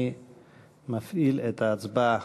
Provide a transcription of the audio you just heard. אני מפעיל את ההצבעה.